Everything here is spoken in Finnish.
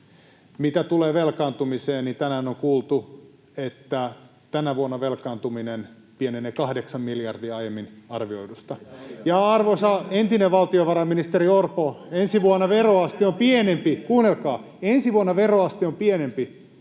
Mitä tulee velkaantumiseen, niin tänään on kuultu, että tänä vuonna velkaantuminen pienenee 8 miljardia aiemmin arvioidusta, ja arvoisa entinen valtiovarainministeri Orpo, ensi vuonna veroaste on pienempi [Välihuutoja kokoomuksen